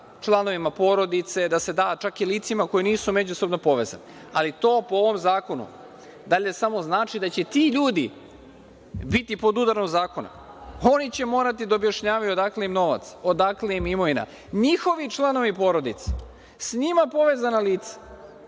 članovima porodice, da se da čak i licima koja nisu međusobno povezana, ali to po ovom zakonu dalje samo znači da će ti ljudi biti pod udarom zakona, oni će morati da objašnjavaju odakle im novac, odakle im imovina, njihovi članovi porodice, s njima povezana lica.